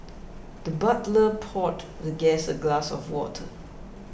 the butler poured the guest a glass of water